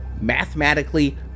mathematically